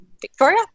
Victoria